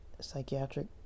psychiatric